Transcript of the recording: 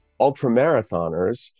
ultramarathoners